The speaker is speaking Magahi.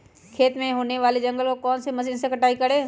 खेत में होने वाले जंगल को कौन से मशीन से कटाई करें?